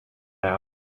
now